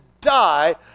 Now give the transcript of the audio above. die